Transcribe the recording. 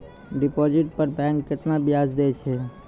Deposit पर bank केतना ब्याज दै छै?